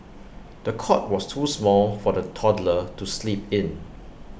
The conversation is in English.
the cot was too small for the toddler to sleep in